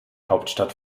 hauptstadt